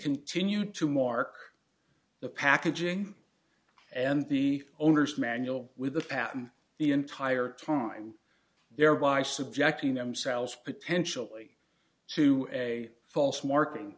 continue to mark the packaging and the owner's manual with a patent the entire time thereby subjecting themselves potentially to a false marketing